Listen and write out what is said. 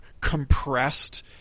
compressed